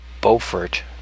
Beaufort